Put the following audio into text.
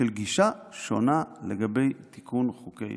של גישה שונה לגבי תיקון חוקי-יסוד,